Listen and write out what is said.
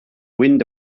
wind